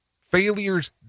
Failures